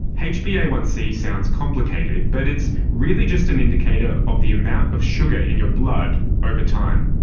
h b a one c sounds complicated, but it's really just an indicator of the amount of sugar in your blood over time.